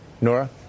Nora